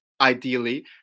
ideally